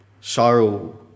sorrow